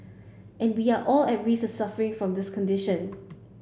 and we all are at risk of suffering from this condition